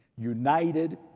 united